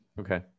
okay